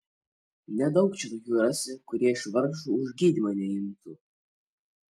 nedaug čia tokių rasi kurie iš vargšų už gydymą neimtų